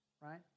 right